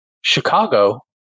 Chicago